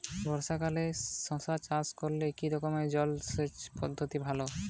বর্ষাকালে শশা চাষ করলে কি রকম জলসেচ পদ্ধতি ভালো?